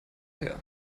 her